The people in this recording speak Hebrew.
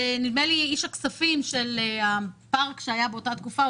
איש הכספים באותה תקופה של הפארק,